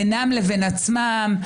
בינם לבין עצמם,